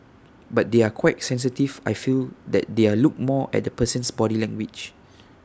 but they are quite sensitive I feel that they're look more at the person's body language